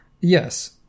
Yes